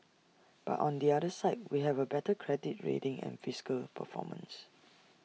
but on the other side we have A better credit rating and fiscal performance